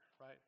right